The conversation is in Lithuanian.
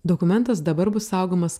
dokumentas dabar bus saugomas